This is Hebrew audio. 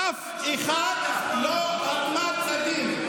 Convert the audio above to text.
ואף אחד לא הועמד לדין.